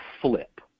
flip